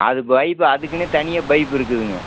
அது பைப் அதுக்குன்னே தனியாக பைப் இருக்குதுங்க